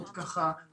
זורק לה את הטלפון?